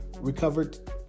recovered